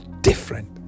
different